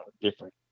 different